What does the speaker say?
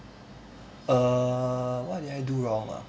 err what did I do wrong ah